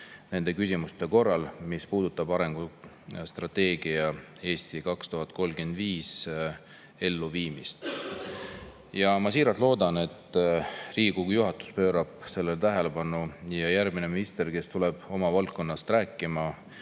nende [ettekannete] puhul, mis puudutavad arengustrateegia "Eesti 2035" elluviimist. Ma siiralt loodan, et Riigikogu juhatus pöörab sellele tähelepanu ja järgmine minister, kes tuleb oma valdkonnast rääkima,